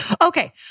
Okay